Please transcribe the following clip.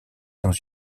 dans